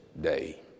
day